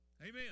Amen